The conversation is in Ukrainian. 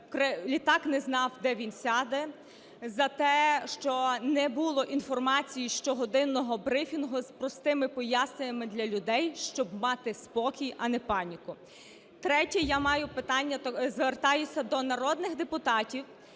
літак не знав, де він сяде, за те, що не було інформації, щогодинного брифінгу з простими поясненнями для людей, щоб мати спокій, а не паніку. Третє. Я маю питання, звертаюсь до народних депутатів.